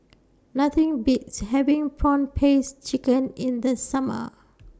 Nothing Beats having Prawn Paste Chicken in The Summer